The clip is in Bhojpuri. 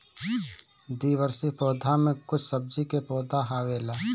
द्विवार्षिक पौधा में कुछ सब्जी के पौधा आवेला